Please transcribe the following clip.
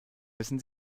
müssen